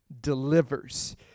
delivers